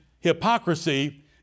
hypocrisy